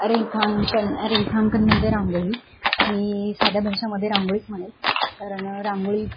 रेखांकन रेखांकन म्हणजे रांगोळी मी साध्या भाषामध्ये रांगोळीच म्हणेल कारण रांगोळी